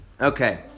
Okay